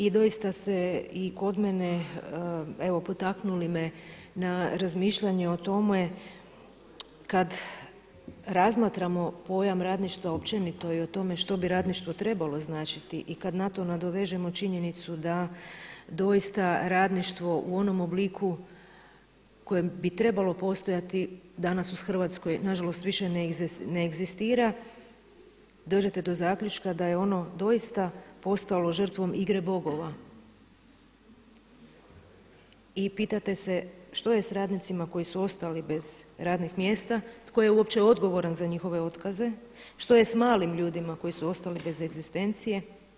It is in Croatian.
I dosta ste kod mene potaknuli razmišljanje o tome kada razmatramo pojam radništva općenito i o tome što bi radništvo trebalo značiti i kada na to nadovežemo činjenicu da doista radništvo u onom obliku u kojem bi trebalo postojati danas u Hrvatskoj nažalost više ne egzistira, dođete do zaključka da je ono doista postalo žrtvom igre bogova i pitate se što je s radnicima koji su ostali bez radnih mjesta, tko je je uopće odgovoran za njihove otkaze, što je s malim ljudima koji su ostali bez egzistencije.